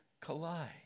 collide